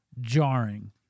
jarring